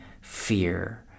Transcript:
fear